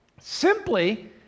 simply